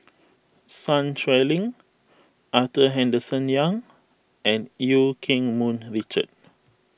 Sun Xueling Arthur Henderson Young and Eu Keng Mun Richard